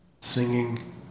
singing